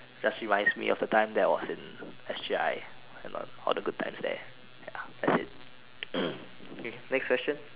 just reminds me of the time that I was in S_G_I and all all the good times there ya that's it okay next question